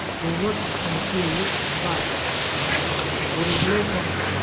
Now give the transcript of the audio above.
will not continue, but the regulator